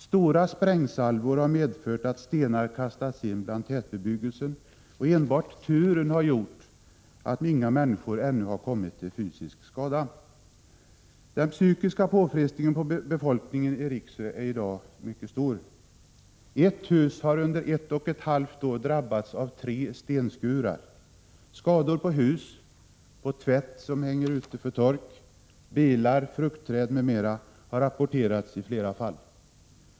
Stora sprängsalvor har medfört att stenar kastats in bland tätbebyggelsen, och enbart turen har gjort att inga människor ännu kommit till fysisk skada. Den psykiska påfrestningen på befolkningen i Rixö är i dag mycket stor. Ett hus har under ett och ett halvt år drabbats av tre stenskurar. Skador på hus, tvätt som hänger ute på tork, bilar, fruktträd m.m. har rapporterats i flera fall.